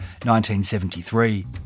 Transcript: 1973